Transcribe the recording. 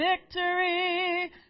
victory